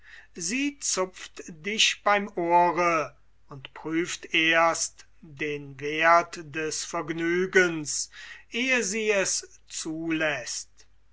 sie zupft dich beim ohre und prüft erst den weg des vergnügens ehe sie es zuläßt